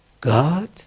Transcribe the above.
God